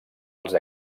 els